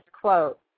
quote